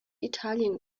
italien